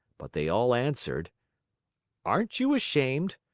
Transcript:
but they all answered aren't you ashamed?